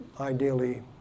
ideally